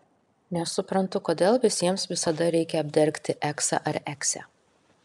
nesuprantu kodėl visiems visada reikia apdergti eksą ar eksę